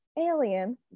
Alien